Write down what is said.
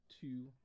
two